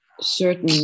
certain